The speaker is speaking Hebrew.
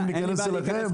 אם ניכנס אליכם,